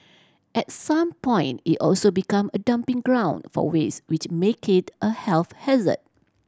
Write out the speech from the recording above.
at some point it also become a dumping ground for waste which make it a health hazard